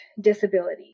disability